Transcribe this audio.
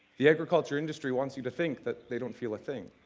the agriculture industry wants you to think that they don't feel a thing,